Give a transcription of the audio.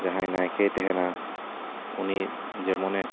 ᱡᱟᱦᱟᱭ ᱱᱟᱭᱠᱮᱭ ᱛᱟᱦᱮᱱᱟ ᱩᱱᱤ ᱡᱮᱢᱚᱱᱮ